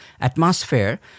atmosphere